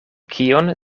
kion